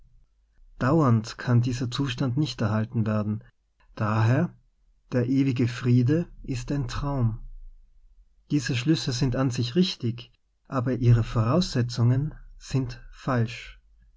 dauernd kann dieser zustand nicht erhalten werden daher der ewige friede ist ein traum diese schlüsse sind an sich richtig aber ihre vorauss setzungen sind falsch